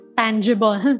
tangible